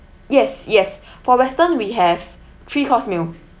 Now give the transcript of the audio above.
yes yes for western we have three course meal